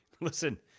listen